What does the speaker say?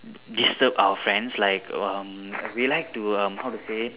disturb our friends like um we like to um how to say